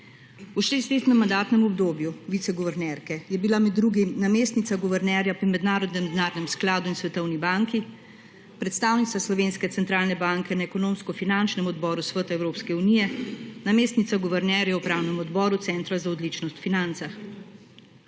V šestletnem mandatnem obdobju viceguvernerke je bila med drugim namestnica guvernerja pri Mednarodnem denarnem skladu in Svetovni banki, predstavnica Slovenske centralne banke na Ekonomsko-finančnem odboru Sveta Evropske unije, namestnica guvernerja v upravnem odboru Centra za odličnost v financah.